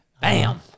Bam